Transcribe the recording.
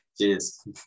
Cheers